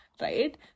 right